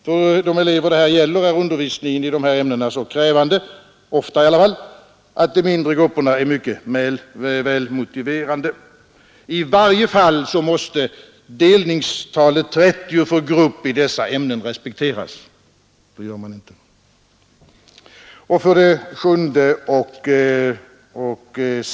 För de elever som det här gäller är undervisningen i dessa ämnen ofta så krävande att de mindre grupperna är mycket välmotiverade. I varje fall måste delningstalet 30 för grupp i dessa ämnen respekteras — det gör man inte nu. 7.